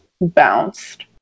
bounced